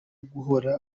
guhora